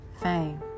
Fame